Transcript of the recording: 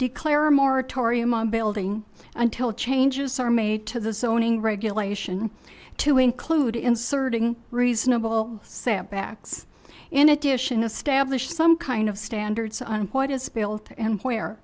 declare a moratorium on building until changes are made to the zoning regulation to include inserting reasonable set backs in addition establish some kind of standards on what is built and where